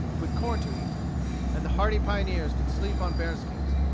with corn to eat and the hardy pioneers could sleep on bear-skins,